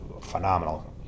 phenomenal